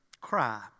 Cry